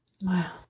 Wow